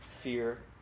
Fear